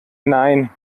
nein